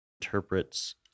interprets